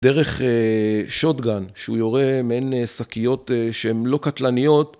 דרך שוטגן שהוא יורה מעין שקיות שהן לא קטלניות.